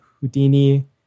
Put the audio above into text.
Houdini